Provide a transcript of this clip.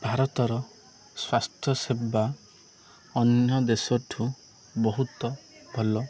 ଭାରତର ସ୍ୱାସ୍ଥ୍ୟ ସେବା ଅନ୍ୟ ଦେଶ ଠୁ ବହୁତ ଭଲ